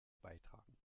beitragen